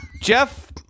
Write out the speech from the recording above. Jeff